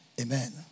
Amen